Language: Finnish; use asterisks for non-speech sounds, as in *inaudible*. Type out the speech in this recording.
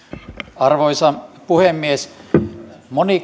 arvoisa puhemies moni *unintelligible*